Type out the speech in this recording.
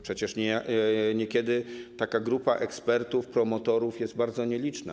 Przecież niekiedy taka grupa ekspertów, promotorów jest bardzo nieliczna.